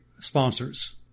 sponsors